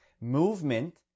movement